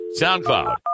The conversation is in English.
SoundCloud